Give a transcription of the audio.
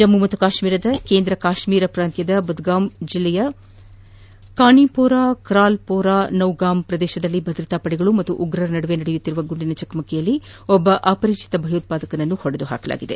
ಜಮ್ಮ ಕಾತ್ಮೀರದ ಕೇಂದ್ರ ಕಾತ್ಮೀರ ಪ್ರಾಂತ್ವದ ಬುದ್ಗಾಮ್ ಜಿಲ್ಲೆಯ ಕಾನಿಪೋರಾ ಕಾಲ್ ಪೋರಾ ನೌಗಾಮ್ ಪ್ರದೇಶದಲ್ಲಿ ಭದ್ರತಾಪಡೆಗಳು ಮತ್ತು ಉಗ್ರರ ನಡುವೆ ನಡೆಯುತ್ತಿರುವ ಗುಂಡಿನ ಚಕಮಕಿಯಲ್ಲಿ ಒಬ್ಬ ಅಪರಿಚಿತ ಭಯೋತ್ಪಾದಕನನ್ನು ಕೊಂದು ಹಾಕಲಾಗಿದೆ